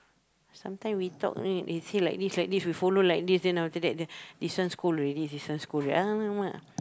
sometimes we talk eh you see like this like this we follow like this then after that this one scold already this one scold